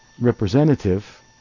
representative